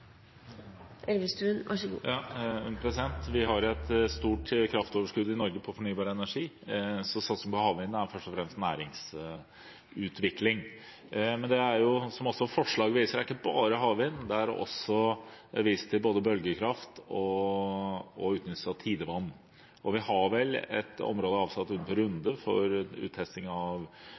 Vi har et stort kraftoverskudd i Norge på fornybar energi, så det å satse på havvind er først og fremst næringsutvikling. Men som forslaget viser, er det ikke bare havvind. Det vises også til både bølgekraft og utnyttelse av tidevann. Og vi har vel et område ved Runde som er avsatt for uttesting av